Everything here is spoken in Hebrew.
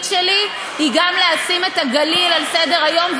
שלי היא גם לשים את הגליל על סדר-היום.